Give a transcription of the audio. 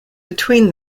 between